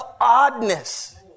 oddness